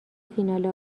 فینال